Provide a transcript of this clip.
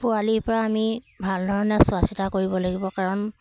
পোৱালিৰ পৰা আমি ভাল ধৰণে চোৱা চিতা কৰিব লাগিব কাৰণ